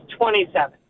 27